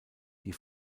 die